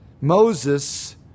Moses